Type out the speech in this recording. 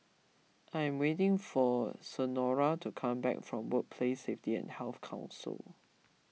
I am waiting for Senora to come back from Workplace Safety and Health Council